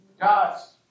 God's